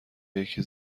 یکی